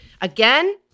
again